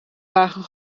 wagen